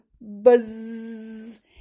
buzz